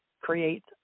create